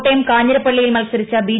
കോട്ടയം കാഞ്ഞിരപള്ളിയിൽ മത്സരിച്ച ബി